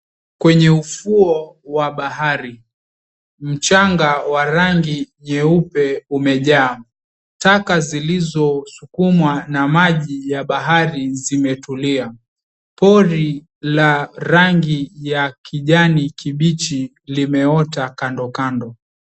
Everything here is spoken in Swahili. Kwenye ufuo wa bahari, mchanga wa rangi nyeupe umejaa. Taka zilizosukumwa na maji ya bahari zimetulia. Pori la rangi ya kijani kibichi limeota kando kando.